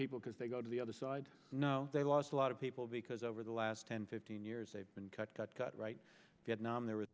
people because they go to the other side no they lost a lot of people because over the last ten fifteen years they've been cut cut cut right vietnam there w